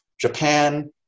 Japan